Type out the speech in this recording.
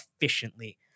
efficiently